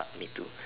me too